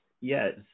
Yes